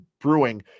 Brewing